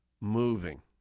moving